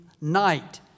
night